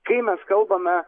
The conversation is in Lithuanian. kai mes kalbame